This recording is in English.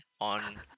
on